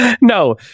no